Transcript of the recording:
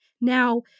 Now